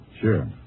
Sure